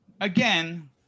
again